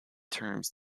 terms